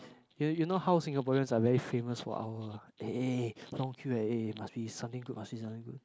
you you know how Singaporeans are very famous for our eh long queue eh must be something good must be something good